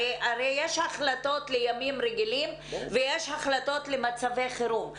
הרי יש החלטות לימים רגילים ויש החלטות למצבי חירום.